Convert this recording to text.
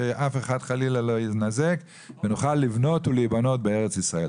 שאף אחד חלילה לא יינזק ונוכל לבנות ולהיבנות בארץ ישראל.